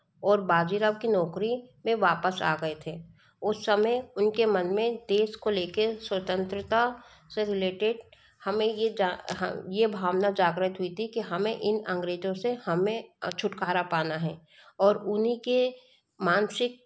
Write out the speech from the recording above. और बाजीराव की नौकरी में वापस आ गए थे उस समय उनके मन में देस को लेके स्वतंत्रता से रिलेटेड हमें ये ये भावना जागृत हुई थी कि हमें इन अंग्रेजों से हमें छुटकारा पाना है और उन के मानसिक